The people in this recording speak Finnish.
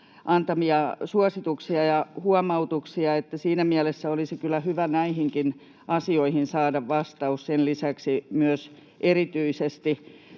antamia suosituksia ja huomautuksia. Siinä mielessä olisi kyllä hyvä näihinkin asioihin saada vastaus, ja sen lisäksi myös erityisesti